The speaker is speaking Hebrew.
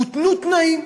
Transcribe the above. הותנו תנאים,